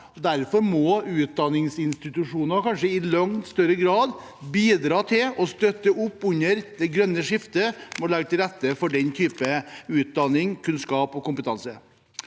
derfor må kanskje utdanningsinstitusjoner i langt større grad bidra til og støtte opp under det grønne skiftet ved å legge til rette for den typen utdanning, kunnskap og kompetanse.